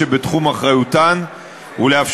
(תיקון